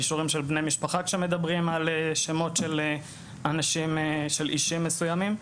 אישורים של בני משפחה כשמדברים על שמות של אישים מסוימים,